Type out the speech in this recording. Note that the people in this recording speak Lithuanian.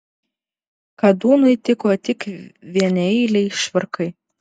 kadūnui tiko tik vieneiliai švarkai